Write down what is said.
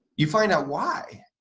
you find out why.